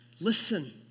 listen